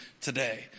today